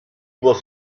was